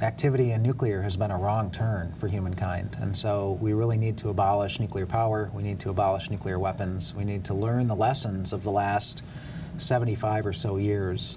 activity and nuclear has been a wrong turn for humankind and so we really need to abolish nuclear power we need to abolish nuclear weapons we need to learn the lessons of the last seventy five or so years